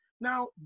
Now